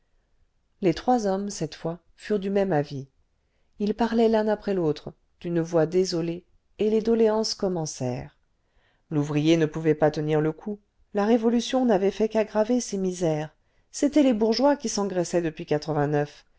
les trois hommes cette fois furent du même avis ils parlaient l'un après l'autre d'une voix désolée et les doléances commencèrent l'ouvrier ne pouvait pas tenir le coup la révolution n'avait fait qu'aggraver ses misères c'étaient les bourgeois qui s'engraissaient depuis